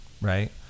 right